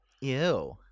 Ew